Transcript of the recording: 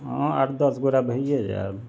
हँ आठ दस गोरा भइए जायब